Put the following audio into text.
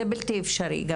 זה בלתי אפשרי.